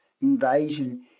invasion